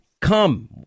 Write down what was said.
come